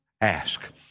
ask